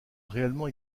réellement